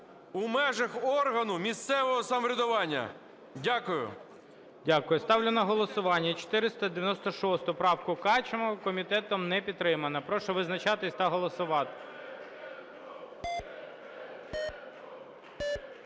"в межах органу місцевого самоврядування". Дякую. ГОЛОВУЮЧИЙ. Дякую. Ставлю на голосування 496 правку Качного. Комітетом не підтримана. Прошу визначатись та голосувати.